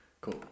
Cool